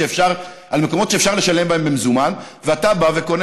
על מקומות שאפשר לשלם בהם במזומן ואתה בא וקונה